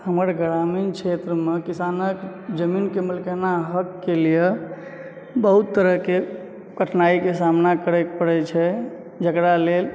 हमर ग्रामीण क्षेत्रमे किसानक जमीनके मालिकाना हक के लिए बहुत तरहके कठिनाइके सामना करयक पड़ैत छै जेकरा लेल